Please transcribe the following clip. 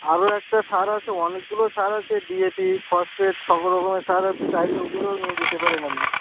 আরও একটা সার আছে অনেকগুলোও সার আছে ডিএপি ফসফেট সব রকমের সার আছে চাইলে ওগুলোও নিয়ে যেতে পারেন আপনি